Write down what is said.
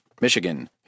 Michigan